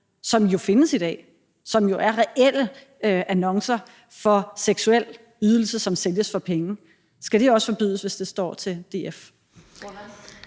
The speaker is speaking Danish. som jo findes i dag, og som jo er reelle annoncer for seksuel ydelse, som sælges for penge: Skal det også forbydes, hvis det står til DF?